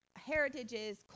heritages